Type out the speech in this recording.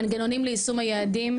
מנגנונים ליישום היעדים,